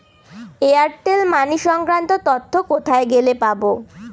Airtel money সংক্রান্ত তথ্য কোথায় গেলে পাব?